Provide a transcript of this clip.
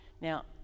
Now